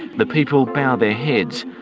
the people bow their heads,